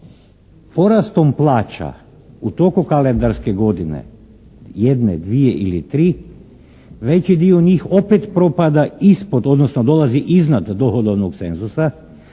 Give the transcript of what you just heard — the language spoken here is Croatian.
Porastom plaća u toku kalendarske godine jedne, dvije ili tri veći dio njih opet propada ispod odnosno dolazi iznad dohodovnog cenzusa